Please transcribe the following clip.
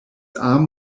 arm